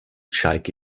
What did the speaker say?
schalke